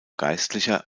geistlicher